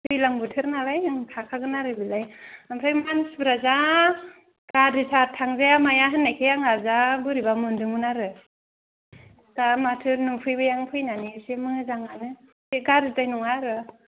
दैज्लां बोथोर नालाय ओं थाखागोन आरो बेलाय ओमफ्राय मानसिफ्रा जा गारिफ्रा थांजाया माया होननायखाय आंहा जा बोरैबा मोनदोंमोन आरो दा माथो नुफैबाय आं फैनानै एसे मोजाङानो बे गाज्रिद्राय नङा आरो